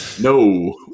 No